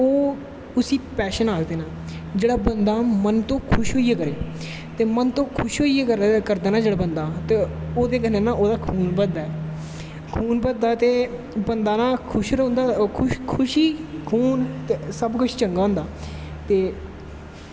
ओह् उसी पैशन आखदे नै जेह्ड़ा बंदा मन तो खुश होईयै करै तेमन तो खुश होईयै करदा ना जेह्ड़ा बंदा ओह्दे कन्नै ना ओह्दा खून बददा ऐ खून बधदा ना ते बंदा खुश रौंह्दा खुशी खूत ते सब कुश चंगा होंदा ते